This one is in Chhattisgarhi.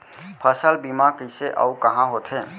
फसल बीमा कइसे अऊ कहाँ होथे?